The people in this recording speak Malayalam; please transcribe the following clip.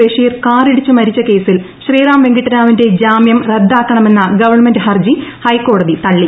ബഷീർ കാറിടിച്ച് മരിച്ച കേസിൽ ന് ശ്രീറാം വെങ്കിട്ടരാമൻ്റെ ജാമ്യം റദ്ദാക്കണമെന്ന ഗവൺമെന്റ് ഹർജി ഹൈക്കോടതി് തള്ളി